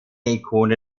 ikone